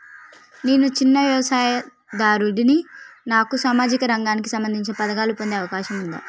నేను చిన్న వ్యవసాయదారుడిని నాకు సామాజిక రంగానికి సంబంధించిన పథకాలు పొందే అవకాశం ఉందా?